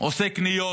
עושה קניות.